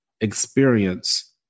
experience